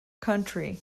country